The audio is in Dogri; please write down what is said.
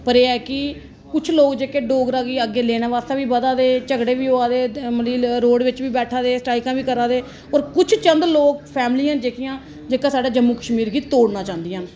पर एह् है कि कुछ लोक जेहके डोगरा कि अग्गै लेने आस्तै बी बधा दे ना झगडे़ बी होआ दे मतलब कि रोड़ च बी बैठा दे स्ट्राइकां बी करा दे औऱ कुछ चंद लोक फैमली ना जेहकियां जेहका साढ़ा जम्मू कशमीर गी तोड़ना चांहदियां ना